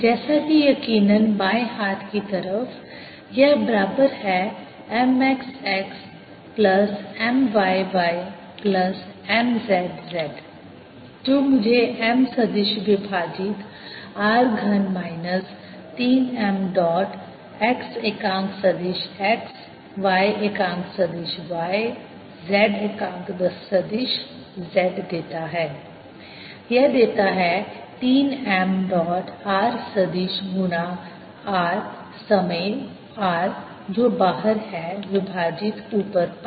जैसा कि यकीनन बाएं हाथ की तरफ यह बराबर है m x x plus m y y plus m z z जो मुझे m सदिश विभाजित r घन माइनस 3 m डॉट x एकांक सदिश x y एकांक सदिश y z एकांक सदिश z देता है यह देता है 3 m डॉट r सदिश गुना r समय r जो बाहर है विभाजित ऊपर 5